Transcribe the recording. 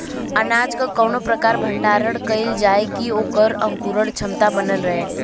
अनाज क कवने प्रकार भण्डारण कइल जाय कि वोकर अंकुरण क्षमता बनल रहे?